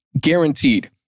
guaranteed